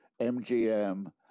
MGM